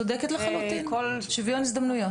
את צודקת לחלוטין, שוויון הזדמנויות.